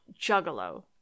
juggalo